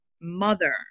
mother